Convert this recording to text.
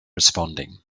responding